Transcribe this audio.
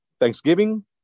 Thanksgiving